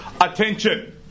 attention